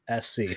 SC